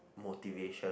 motivation